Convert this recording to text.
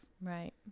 right